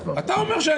אתה אומר שאין דבר כזה.